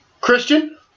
Christian